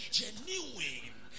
genuine